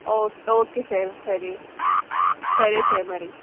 okay okay sir సరే సరే sir మరి